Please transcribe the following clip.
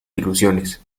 ilusiones